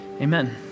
amen